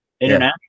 international